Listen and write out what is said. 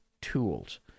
tools